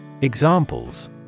Examples